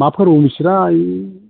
मा फोरबोमोन बिसोरहा ओइ